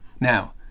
Now